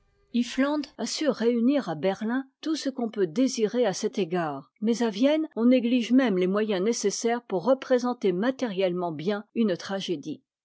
iffland a su réunir à berlin tout ce que l'on peut désirer à cet égard mais à vienne on néglige même les moyens nécessaires pour représenter matériellement bien une tragédie